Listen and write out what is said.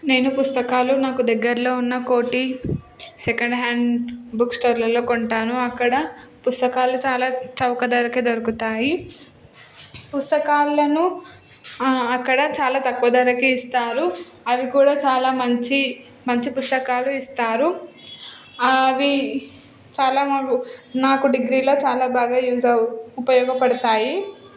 నేను పుస్తకాలు నాకు దగ్గరలో ఉన్న కోటి సెకండ్ హ్యాండ్ బుక్ స్టోర్లలో కొంటాను అక్కడ పుస్తకాలు చాలా చౌక ధరకే దొరుకుతాయి పుస్తకాలను అక్కడ చాలా తక్కువ ధరకు ఇస్తారు అవి కూడా చాలా మంచి మంచి పుస్తకాలు ఇస్తారు అవి చాలా మాకు నాకు డిగ్రీలో చాలా బాగా యూస్ అవ్వు ఉపయోగపడతాయి